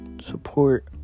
support